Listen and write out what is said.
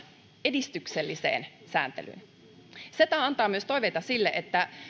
edistykselliseen sääntelyyn ceta antaa myös toiveita sille että